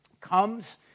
comes